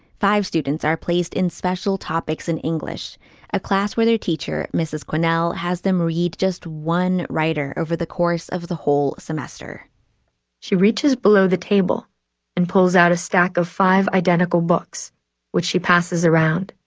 five students are placed in special topics in english ah class where their teacher mrs. cornell has them read just one writer over the course of the whole semester she reaches below the table and pulls out a stack of five identical books which she passes around.